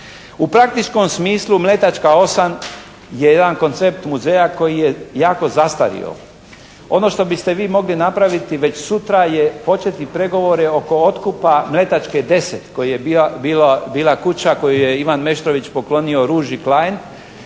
U praktičkom smislu Mletačka 8 je jedan koncept muzeja koji je jako zastario. Ono što biste vi mogli napraviti već sutra je početi pregovore oko otkupa Mletačke 10 koji je, bila kuća koju je Ivan Meštrović poklonio Ruži Klajn,